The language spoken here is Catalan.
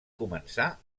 començar